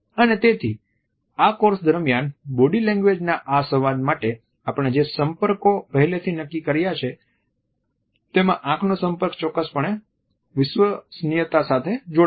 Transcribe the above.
અને તેથી આ કોર્સ દરમિયાન બોડી લેંગ્વેજ ના આ સંવાદ માટે આપણે જે સંપર્કો પહેલેથી નક્કી કર્યા છે તેમાં આંખનો સંપર્ક ચોક્કસપણે વિશ્વસનિયતા સાથે જોડાયેલો છે